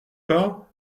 pas